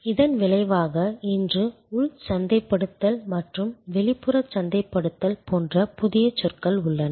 இதன் விளைவாக இன்று உள் சந்தைப்படுத்தல் மற்றும் வெளிப்புற சந்தைப்படுத்தல் போன்ற புதிய சொற்கள் உள்ளன